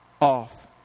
off